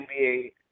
NBA –